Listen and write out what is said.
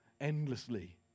endlessly